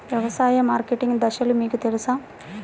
వ్యవసాయ మార్కెటింగ్ దశలు మీకు తెలుసా?